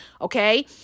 okay